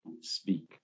speak